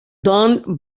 don